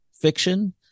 fiction